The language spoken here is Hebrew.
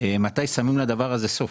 מתי שמים לדבר הזה סוף.